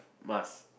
must